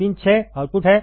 pin 6 output है